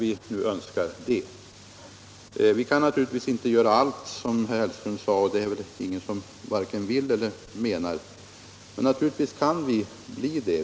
Det kan vi bli, men vi kan naturligtvis inte göra allt, och jag tror inte att det är någon som vill eller menar det.